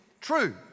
true